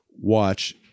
watch